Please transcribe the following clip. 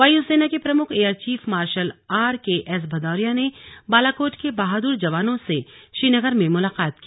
वायुसेना के प्रमुख air chief marshal R K S Bhadauria ने बालाकोट के बहादुर जवानों से श्रीनगर में मुलाकात की